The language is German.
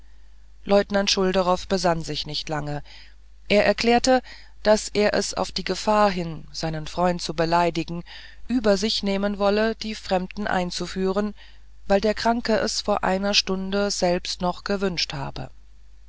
leutnant schulderoff besann sich aber nicht lange er erklärte daß er es auf die gefahr hin seinen freund zu beleidigen über sich nehmen wolle die fremden einzuführen weil der kranke es vor einer stunde selbst noch gewünscht habe